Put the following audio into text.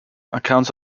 accounts